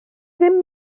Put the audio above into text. ddim